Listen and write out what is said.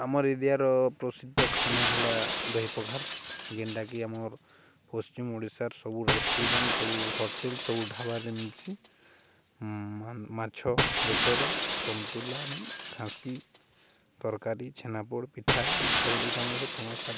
ଆମର୍ ଏରିଆର ପ୍ରସିଦ୍ଧ ଖାନା ହେଲା ଦହି ପଖାର ଯେନ୍ଟାକି ଆମର୍ ପଶ୍ଚିମ ଓଡ଼ିଶାର ସବୁ ରେଷ୍ଟୁରାଣ୍ଟ ସବୁ ହୋଟେଲ ସବୁ ଢାବାରେ ମିିଲ୍ସି ମାଛ ବେସର ସନ୍ତୁଲାନି ଖାସି ତରକାରୀ ଛେନାପୋଡ଼ ପିଠା ଫେମସ ଖା